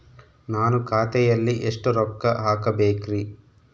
ನಾನು ಖಾತೆಯಲ್ಲಿ ಎಷ್ಟು ರೊಕ್ಕ ಹಾಕಬೇಕ್ರಿ?